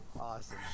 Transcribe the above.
awesome